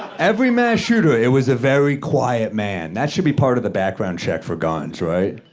every mass shooter, it was a very quiet man. that should be part of the background check for guns, right?